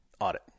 audit